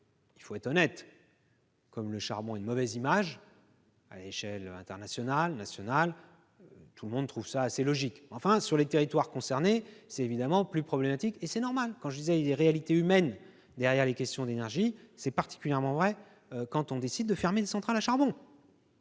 Il faut être honnête : comme le charbon a une mauvaise image à l'échelle internationale et nationale, tout le monde trouve la décision prise assez logique. Sur les territoires concernés, c'est évidemment plus problématique, ce qui est normal : il y a des réalités humaines derrière les questions d'énergie, particulièrement quand on décide de fermer une centrale à charbon.